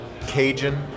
Cajun